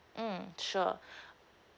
mm sure